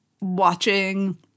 watching –